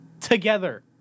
together